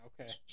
Okay